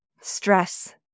Stress